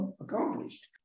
accomplished